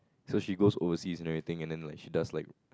so she goes overseas and everything and then like she does like